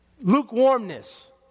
lukewarmness